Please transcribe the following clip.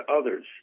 others